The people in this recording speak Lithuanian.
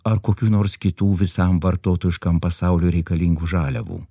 ar kokių nors kitų visam vartotojiškam pasauliui reikalingų žaliavų